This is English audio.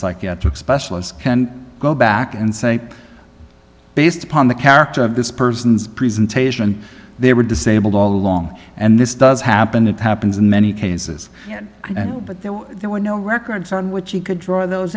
psychiatric specialist can go back and say based upon the character of this person's presentation they were disabled all along and this does happen it happens in many cases but there were no records on which he could draw those